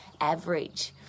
average